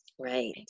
right